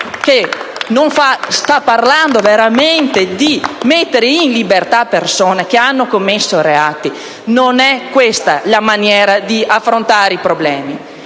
che parla di mettere in libertà persone che hanno commesso reati. Non è questa la maniera di affrontare i problemi.